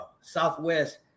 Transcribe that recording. Southwest